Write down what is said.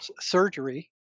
surgery